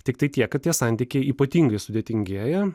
tiktai tiek kad tie santykiai ypatingai sudėtingėja